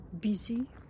busy